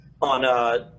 on